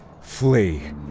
flee